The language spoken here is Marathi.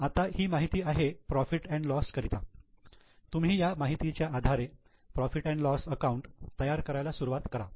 आता ही माहिती आहे profit and loss profit loss करिता तुम्ही या माहितीच्या आधारे profit and loss profit loss account तयार करायला सुरुवात करा